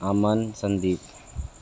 Aman Sandeep